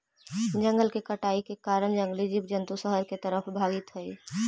जंगल के कटाई के कारण जंगली जीव जंतु शहर तरफ भागित हइ